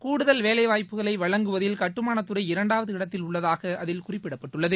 கூடுதல் வேலைவாய்ப்புகளை வழங்குவதில் கட்டுமானத்துறை இரண்டாவது இடத்தில் உள்ளதாக அதில் குறிப்பிடப்பட்டுள்ளது